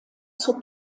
zur